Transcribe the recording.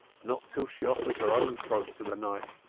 not till she offers her own throat to the knife.